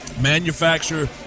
manufacture